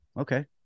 Okay